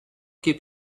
keep